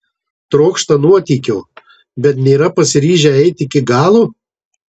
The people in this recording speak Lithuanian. trokšta nuotykio bet nėra pasiryžę eiti iki galo